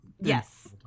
Yes